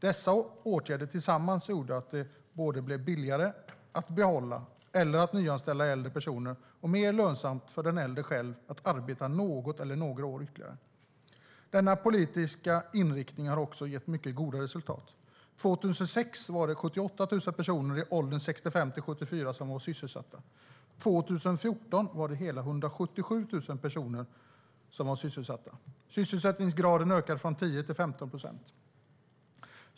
Dessa åtgärder gjorde tillsammans att det blev både billigare att behålla eller nyanställa äldre personer och mer lönsamt för den äldre själv att arbeta något eller några år ytterligare. Denna politiska inriktning har också gett mycket goda resultat. År 2006 var det 78 000 personer i åldern 65-74 som var sysselsatta. År 2014 var det hela 177 000 personer i den åldern som var sysselsatta. Sysselsättningsgraden ökade från 10 till 15 procent.